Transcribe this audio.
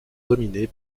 dominée